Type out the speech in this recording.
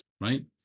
right